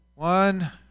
One